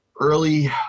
early